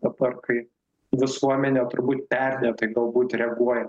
dabar kai visuomenė turbūt perdėtai galbūt reaguoja